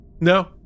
No